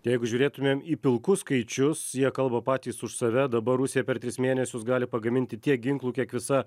jeigu žiūrėtumėm į pilkus skaičius jie kalba patys už save dabar rusija per tris mėnesius gali pagaminti tiek ginklų kiek visa